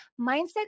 mindset